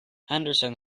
henderson